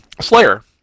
Slayer